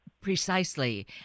Precisely